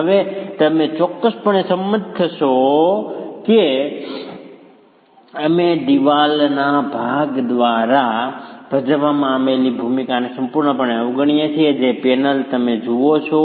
હવે તમે ચોક્કસપણે સંમત થશો કે અમે દિવાલના ભાગ દ્વારા ભજવવામાં આવેલી ભૂમિકાને સંપૂર્ણપણે અવગણીએ છીએ જે પેનલ તમે જુઓ છો